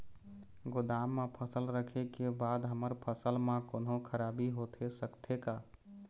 गोदाम मा फसल रखें के बाद हमर फसल मा कोन्हों खराबी होथे सकथे का?